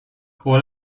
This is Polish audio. koło